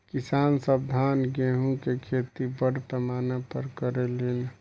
किसान सब धान गेहूं के खेती बड़ पैमाना पर करे लेन